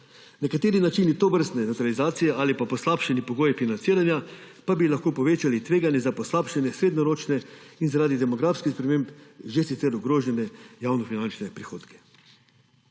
Nekateri načini tovrstne nevtralizacije ali pa poslabšani pogoji financiranja pa bi lahko povečali tveganje za poslabšanje srednjeročne in zaradi demografskih sprememb že sicer ogrožene javnofinančne prihodke.